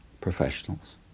professionals